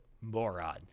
moron